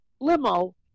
limo